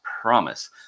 promise